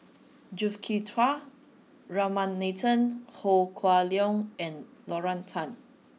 Juthika Ramanathan Ho Kah Leong and Lorna Tan